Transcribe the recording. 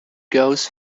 goes